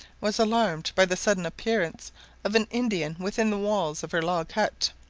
was alarmed by the sudden appearance of an indian within the walls of her log-hut.